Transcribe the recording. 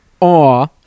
Aw